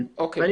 משפט אחרון.